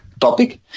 topic